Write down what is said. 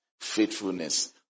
Faithfulness